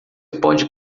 pode